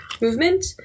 movement